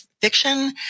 fiction